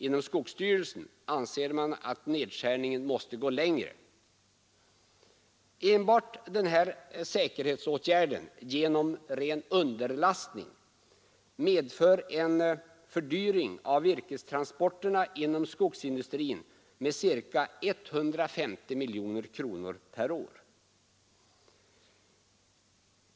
Inom skogsstyrelsen anser man att nedskärningen måste gå längre. Enbart denna säkerhetsåtgärd genom ren underlastning medför en fördyring av virkestransporterna inom skogsindustrin med ca 150 miljoner kronor per år.